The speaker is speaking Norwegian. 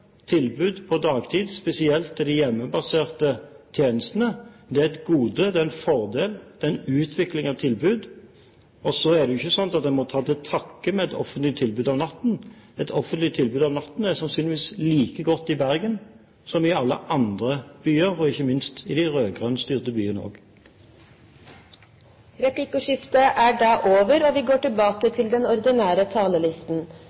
tilbud på dagtid, spesielt når det gjelder de hjemmebaserte tjenestene. Det er et gode, en fordel og en utvikling av tilbud. Og så er det jo ikke slik at man må ta til takke med et offentlig tilbud om natten – et offentlig tilbud om natten er sannsynligvis like godt i Bergen som i alle andre byer, ikke minst i de byene som er styrt av de rød-grønne. Replikkordskiftet er omme. Helse og